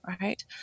Right